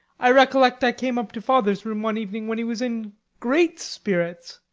i recollect i came up to father's room one evening when he was in great spirits.